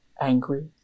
angry